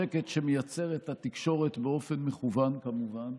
שקט שמייצרת התקשורת באופן מכוון, כמובן,